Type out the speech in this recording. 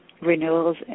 renewals